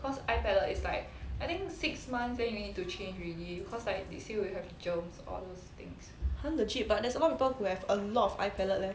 !huh! legit but there's a lot of people who have a lot of eye palette leh